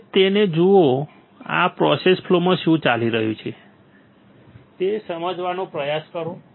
હવે તેને જુઓ આ પ્રોસેસ ફ્લોમાં શું ચાલી રહ્યું છે તે સમજવાનો પ્રયાસ કરો